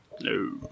No